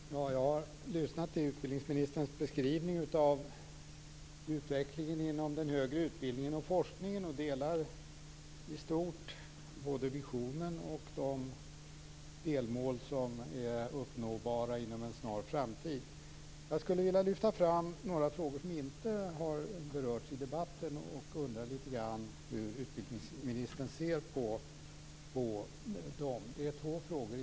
Fru talman! Jag har lyssnat till utbildningsministerns beskrivning av utvecklingen inom den högre utbildningen och forskningen och delar i stort både visionen och de delmål som är uppnåbara inom en snar framtid. Jag skulle vilja lyfta fram och få utbildningsministerns syn på två frågor som inte har berörts i debatten.